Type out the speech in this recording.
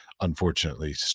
unfortunately